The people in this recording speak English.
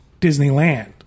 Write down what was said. Disneyland